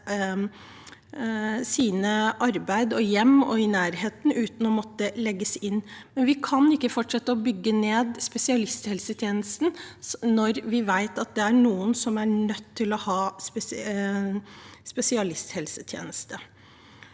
2023 hjem og i nærheten, uten å måtte legges inn. Vi kan ikke fortsette å bygge ned spesialisthelsetjenesten når vi vet at det er noen som er nødt til å ha spesialisthelsetjeneste.